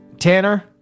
tanner